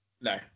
No